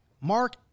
Mark